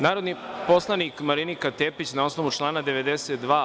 Narodi poslanik Marinika Tepić, na osnovu člana 92.